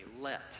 Let